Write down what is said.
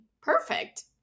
Perfect